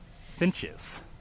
Finches